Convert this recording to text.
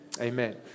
Amen